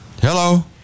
Hello